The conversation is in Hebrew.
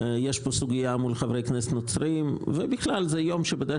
יש כאן סוגייה מול חברי כנסת נוצריים ובכלל זה יום שבדרך